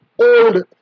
old